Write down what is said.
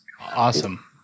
Awesome